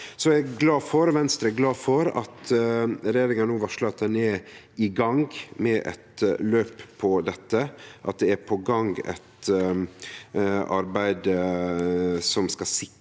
Venstre er glad for at regjeringa no varslar at ho er i gang med eit løp om dette, at det er på gang eit arbeid som skal sikre